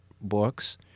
books